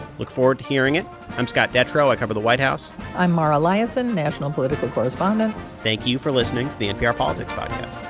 look forward to hearing it i'm scott detrow. i cover the white house i'm mara liasson, national political correspondent thank you for listening to the npr politics but